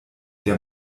der